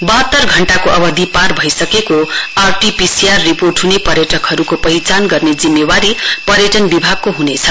बाहतर घण्टाको अवधिमा पार भइसकेको आरटीपीसीआर रिपोर्ट ह्ने पर्यटकहरुको पहिचान गर्ने जिम्मेवारी पर्यटन विभागको ह्नेछ